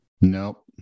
Nope